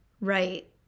Right